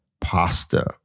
pasta